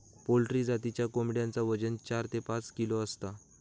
poultry जातीच्या कोंबड्यांचा वजन चार ते पाच किलो असता